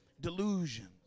delusions